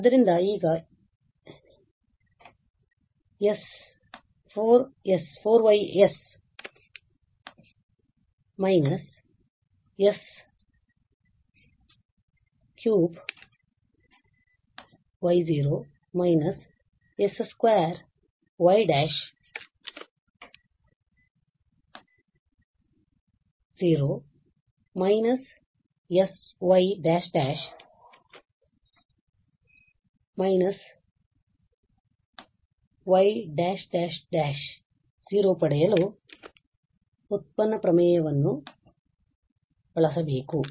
ಆದ್ದರಿಂದ ನಾವು ಈಗ s 4Y s 3y s 2y ′− sy ′′− y′′′ ಪಡೆಯಲು ವ್ಯುತ್ಪನ್ನ ಪ್ರಮೇಯವನ್ನು ಬಳಸಬೇಕು